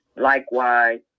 Likewise